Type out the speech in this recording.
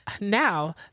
Now